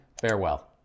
farewell